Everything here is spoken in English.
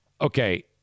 okay